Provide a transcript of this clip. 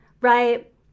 Right